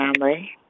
family